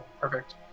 Perfect